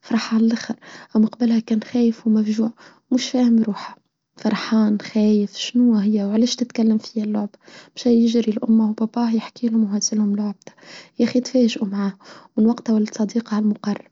فرحة على الأخر أمقبلها كان خايف ومفجوع مش فاهم روحه فرحان خايف شنوه هي وعليش تتكلم فيه اللعبة مش هيجري الأمه وباباه يحكي لهم وهزلهم اللعبة ياخي تفاجئوا معاه والوقت ولتصديقها المقرب.